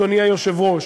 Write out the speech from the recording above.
אדוני היושב-ראש,